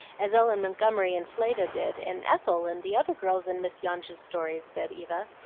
as ellen montgomery and fleda did, and ethel, and the other girls in miss yonge's stories, said eva,